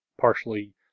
partially